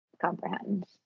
comprehend